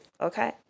okay